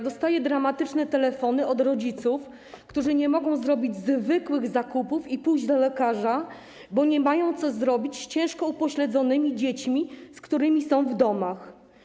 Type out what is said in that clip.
Dostaję dramatyczne telefony od rodziców, którzy nie mogą zrobić zwykłych zakupów i pójść do lekarza, bo nie mają co zrobić z ciężko upośledzonymi dziećmi, z którymi są w domach.